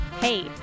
Hey